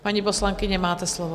Paní poslankyně, máte slovo.